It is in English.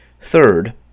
Third